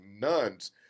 nuns